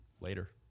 later